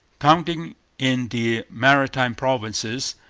counting in the maritime provinces,